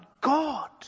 God